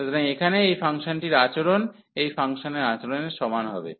সুতরাং এখানে এই ফাংশনটির আচরণ এই ফাংশনের আচরণের সমান হবে